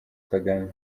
kagame